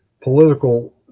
political